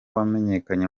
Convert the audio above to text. wamenyekanye